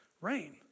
rain